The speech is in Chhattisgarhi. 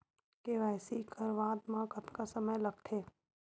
के.वाई.सी करवात म कतका समय लगथे?